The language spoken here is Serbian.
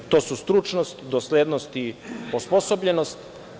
To su stručnost, doslednost i osposobljenost.